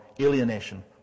alienation